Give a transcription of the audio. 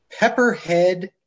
Pepperhead